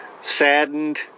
saddened